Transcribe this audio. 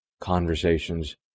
conversations